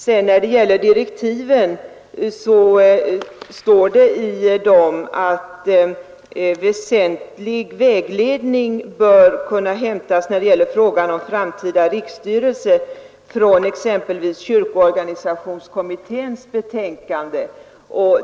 Sedan när det gäller direktiven står det i dem att väsentlig vägledning bör kunna hämtas beträffande frågan om framtida riksstyrelse från exempelvis kyrkoorganisationskommitténs betänkande.